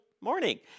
morning